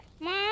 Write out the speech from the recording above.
Mom